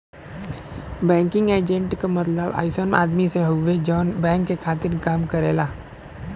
banking agent क मतलब अइसन आदमी से हउवे जौन बैंक के खातिर काम करेला